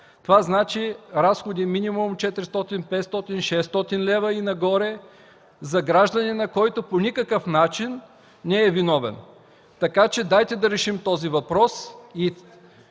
Това означава разходи минимум 400, 500, 600 лв. и нагоре за гражданина, който по никакъв начин не е виновен. Така че, дайте да решим този въпрос